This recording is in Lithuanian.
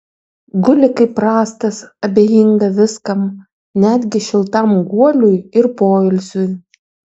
guli kaip rąstas abejinga viskam netgi šiltam guoliui ir poilsiui